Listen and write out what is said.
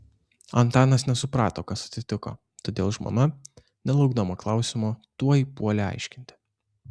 antanas nesuprato kas atsitiko todėl žmona nelaukdama klausimo tuoj puolė aiškinti